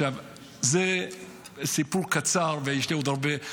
זה סיפור קצר, ויש לי עוד הרבה.